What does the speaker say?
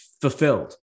fulfilled